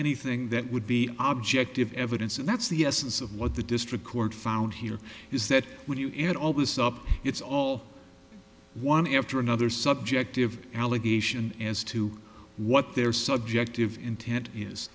anything that would be object of evidence and that's the essence of what the district court found here is that when you add all this up it's all one after another subjective allegation as to what their subjective intent is